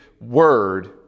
word